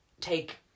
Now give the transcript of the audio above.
take